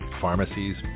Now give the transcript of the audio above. pharmacies